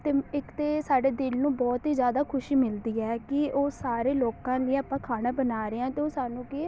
ਅਤੇ ਇੱਕ ਤਾਂ ਸਾਡੇ ਦਿਲ ਨੂੰ ਬਹੁਤ ਹੀ ਜ਼ਿਆਦਾ ਖੁਸ਼ੀ ਮਿਲਦੀ ਹੈ ਕਿ ਉਹ ਸਾਰੇ ਲੋਕਾਂ ਲਈ ਆਪਾਂ ਖਾਣਾ ਬਣਾ ਰਹੇ ਹਾਂ ਅਤੇ ਉਹ ਸਾਨੂੰ ਕੀ